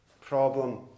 problem